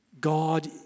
God